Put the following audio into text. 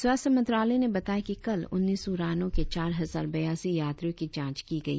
स्वास्थ्य मंत्रालय ने बताया कि कल उन्नीस उड़ानों के चार हजार बयासी यात्रियों की जांच की गई